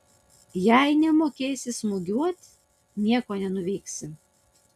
jei nemokėsi smūgiuot nieko nenuveiksi